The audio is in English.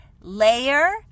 layer